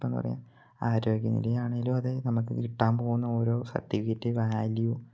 ഇപ്പം എന്താണ് പറയുക ആരോഗ്യനിലയാണെങ്കിലും അതേ നമുക്ക് കിട്ടാൻ പോകുന്ന ഓരോ സർട്ടിഫിക്കറ്റ് വാല്യൂ